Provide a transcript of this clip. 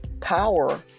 power